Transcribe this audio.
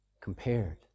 compared